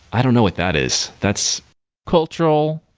i don't know what that is. that's cultural,